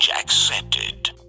accepted